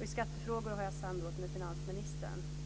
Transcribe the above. I skattefrågorna har jag samrått med finansministern.